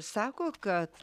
sako kad